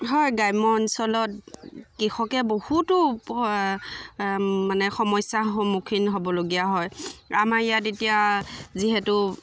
হয় গ্ৰাম্য অঞ্চলত কৃষকে বহুতো মানে সমস্যাৰ সন্মুখীন হ'বলগীয়া হয় আমাৰ ইয়াত এতিয়া যিহেতু